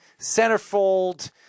centerfold